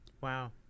Wow